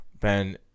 Ben